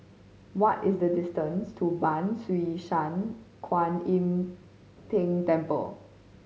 what is the distance to Ban Siew San Kuan Im Tng Temple